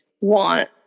want